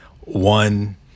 one